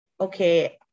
okay